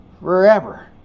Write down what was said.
forever